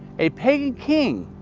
a pagan king,